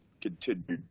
continued